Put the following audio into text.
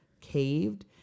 caved